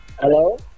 Hello